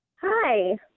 Hi